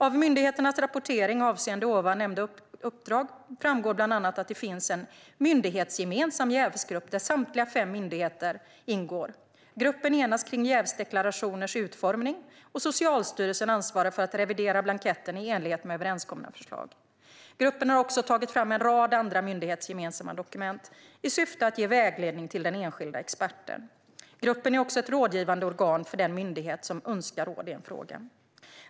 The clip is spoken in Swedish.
Av myndigheternas rapportering avseende nämnda uppdrag framgår bland annat att det finns en myndighetsgemensam jävsgrupp där samtliga fem myndigheter ingår. Gruppen enas om jävsdeklarationers utformning, och Socialstyrelsen ansvarar för att revidera blanketten i enlighet med överenskomna förslag. Gruppen har också tagit fram en rad andra myndighetsgemensamma dokument, i syfte att ge vägledning till den enskilda experten. Gruppen är också ett rådgivande organ för den myndighet som önskar råd i en fråga.